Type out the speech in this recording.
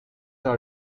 are